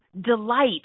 delight